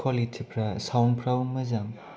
कुवालिटिफ्रा साउन्दफ्राबो मोजां